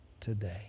today